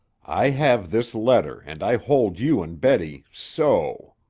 i have this letter and i hold you and betty so!